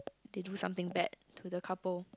they do something bad to the couple